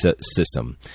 system